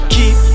Keep